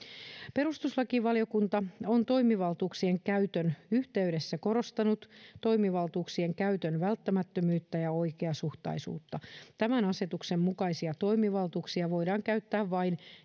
perustuslakivaliokunta on toimivaltuuksien käytön yhteydessä korostanut toimivaltuuksien käytön välttämättömyyttä ja oikeasuhtaisuutta tämän asetuksen mukaisia toimivaltuuksia voidaan käyttää vain